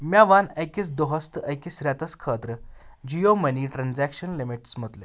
مےٚ وَن أکِس دۄہَس تہٕ أکِس رٮ۪تَس خٲطرٕ جِیو مٔنی ٹرانزکشن لِمٹِس مُتلِق